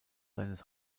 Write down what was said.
seines